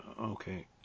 Okay